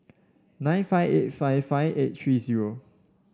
nine five eight five five eight three zero